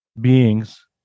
beings